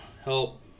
help